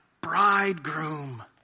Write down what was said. bridegroom